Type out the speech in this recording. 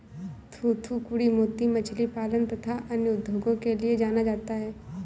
थूथूकुड़ी मोती मछली पालन तथा अन्य उद्योगों के लिए जाना जाता है